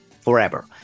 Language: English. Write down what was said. forever